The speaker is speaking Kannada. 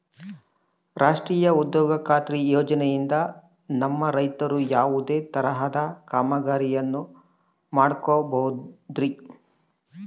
ರಾಷ್ಟ್ರೇಯ ಉದ್ಯೋಗ ಖಾತ್ರಿ ಯೋಜನೆಯಿಂದ ನಮ್ಮ ರೈತರು ಯಾವುದೇ ತರಹದ ಕಾಮಗಾರಿಯನ್ನು ಮಾಡ್ಕೋಬಹುದ್ರಿ?